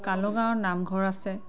কালুগাঁৱৰ নামঘৰ আছে